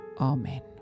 Amen